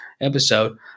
episode